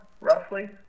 roughly